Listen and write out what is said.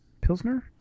Pilsner